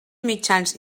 mitjans